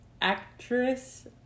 Actress